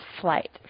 Flight